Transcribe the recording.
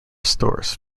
stores